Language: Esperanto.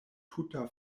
tuta